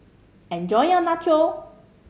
enjoy your Nacho